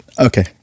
Okay